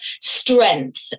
strength